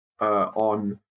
on